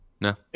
no